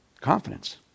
confidence